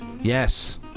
Yes